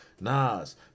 Nas